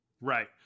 Right